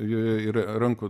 joje yra rankų